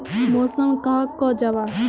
मौसम कहाक को जाहा?